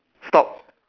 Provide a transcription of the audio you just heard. stop